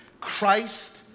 Christ